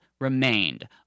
remained